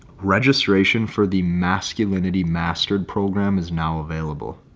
registration for the masculinity mastered program is now available.